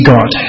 God